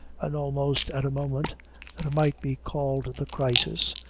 and almost at a moment that might be called the crisis,